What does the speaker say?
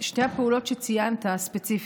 שתי הפעולות שציינת ספציפית,